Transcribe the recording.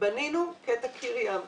בנינו קטע קיר ים.